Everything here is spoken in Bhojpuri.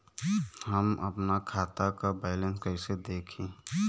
हम आपन खाता क बैलेंस कईसे देखी?